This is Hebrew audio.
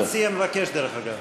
מה המציע מבקש, דרך אגב?